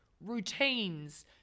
routines